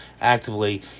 actively